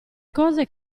cose